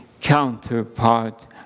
counterpart